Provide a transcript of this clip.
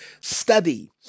study